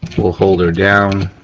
we'll hold her down